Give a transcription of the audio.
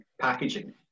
packaging